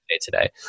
today